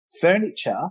furniture